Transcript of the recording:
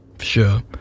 Sure